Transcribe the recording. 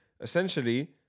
Essentially